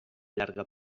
llarga